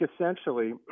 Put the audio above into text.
essentially